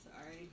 sorry